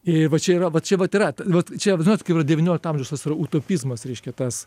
ir va čia yra va čia vat yra vat čia žinot kai yra devyniolikto amžiaus tas yra utopizmas reiškia tas